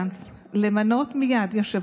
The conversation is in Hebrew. על פי בכירי המשרד, אדוני השר,